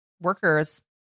workers